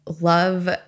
love